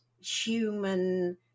human